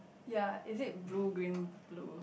ya is it blue green blue